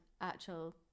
actual